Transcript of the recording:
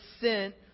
sent